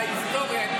את ההיסטוריה,